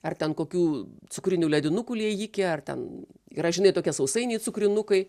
ar ten kokių cukrinių ledinukų liejikę ar ten yra žinai tokie sausainiai cukrinukai